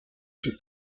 sul